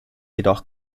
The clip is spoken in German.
jedoch